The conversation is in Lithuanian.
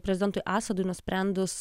prezidentui assadui nusprendus